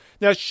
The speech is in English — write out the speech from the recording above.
Now